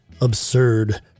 absurd